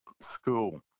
school